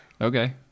Okay